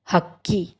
ಹಕ್ಕಿ